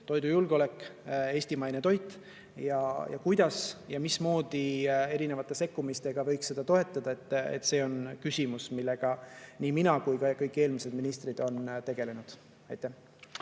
toidujulgeolek ja eestimaine toit. Kuidas ja mismoodi erinevate sekkumistega võiks seda toetada – see on küsimus, millega nii mina [tegelen] kui ka kõik eelmised ministrid on tegelenud. Aitäh!